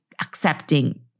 accepting